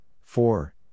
four